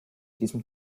diesem